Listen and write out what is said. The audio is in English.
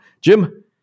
Jim